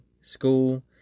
school